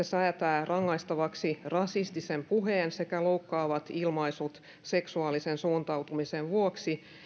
säätää kiihottamisrikoksena rangaistavaksi rasistisen puheen sekä loukkaavat ilmaisut seksuaalisen suuntautumisen vuoksi